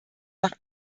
nach